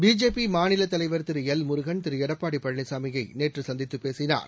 BJP மாநில தலைவர் திரு எல் முருகன் திரு எடப்பாடி பழனிசாமியை நேற்று சந்தித்து பேசினார்